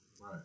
right